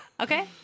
okay